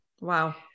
Wow